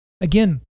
Again